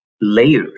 layer